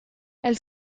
elle